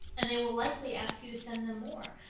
and they will likely ask you to send them more.